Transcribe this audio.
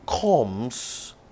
comes